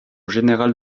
général